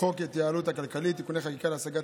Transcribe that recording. חוק ההתייעלות הכלכלית (תיקוני חקיקה להשגת